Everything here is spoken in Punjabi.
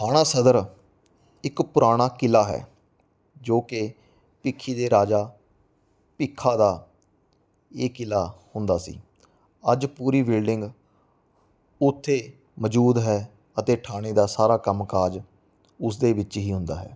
ਥਾਣਾ ਸਦਰ ਇੱਕ ਪੁਰਾਣਾ ਕਿਲ੍ਹਾ ਹੈ ਜੋ ਕਿ ਭਿੱਖੀ ਦੇ ਰਾਜਾ ਭਿੱਖਾ ਦਾ ਇਹ ਕਿਲ੍ਹਾ ਹੁੰਦਾ ਸੀ ਅੱਜ ਪੂਰੀ ਬਿਲਡਿੰਗ ਉੱਥੇ ਮੌਜੂਦ ਹੈ ਅਤੇ ਠਾਣੇ ਦਾ ਸਾਰਾ ਕੰਮਕਾਜ ਉਸਦੇ ਵਿੱਚ ਹੀ ਹੁੰਦਾ ਹੈ